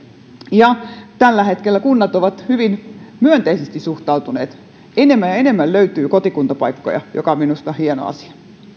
tällä hetkellä kunnat ovat suhtautuneet hyvin myönteisesti enemmän ja enemmän löytyy kotikuntapaikkoja mikä on minusta hieno asia